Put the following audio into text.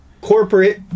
corporate